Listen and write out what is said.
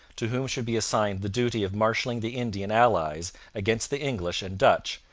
to whom should be assigned the duty of marshalling the indian allies against the english and dutch,